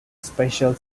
special